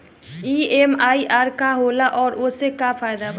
EMI का होला और ओसे का फायदा बा?